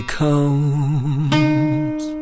comes